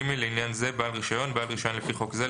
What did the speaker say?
(ג)לעניין סעיף זה - "בעל רישיון" - בעל רישיון לפי חוק זה,